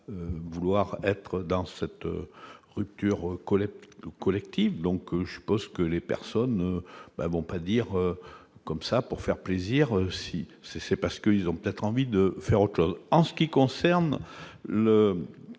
vouloir être dans cette rupture, Colette, le collectif, donc je pense que les personnes ne vont pas dire comme ça pour faire plaisir si c'est c'est parce que ils ont peut-être envie de faire autre chose en ce qui concerne le